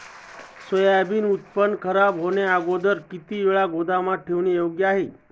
सोयाबीनचे उत्पादन खराब होण्याअगोदर ते किती वेळ गोदामात ठेवणे योग्य आहे?